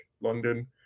London